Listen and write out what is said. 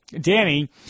Danny